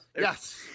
Yes